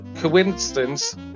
coincidence